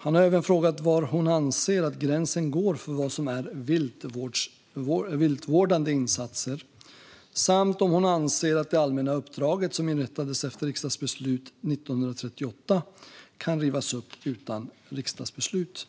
Han har även frågat var hon anser att gränsen går för vad som är viltvårdande insatser samt om hon anser att det allmänna uppdraget, som inrättades efter riksdagsbeslut 1938, kan rivas upp utan riksdagsbeslut.